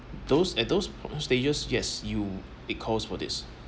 those at those stages use yes you it calls for this